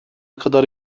kadar